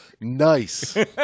Nice